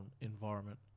environment